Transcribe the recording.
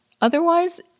Otherwise